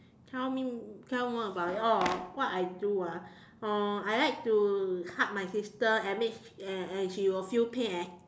tell me tell me more about it oh what I do ah uh I like to hug my sister and me and and she will feel pain and